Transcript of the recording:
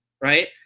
right